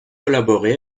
collaboré